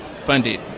funded